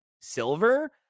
silver